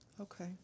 Okay